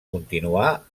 continuà